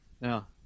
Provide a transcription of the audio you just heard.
Now